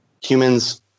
humans